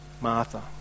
Martha